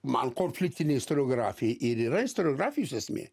man konfliktinė istoriografija ir yra istoriografijos esmė